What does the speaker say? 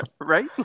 Right